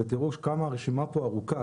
ותראו כמה הרשימה פה ארוכה,